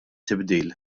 tibdil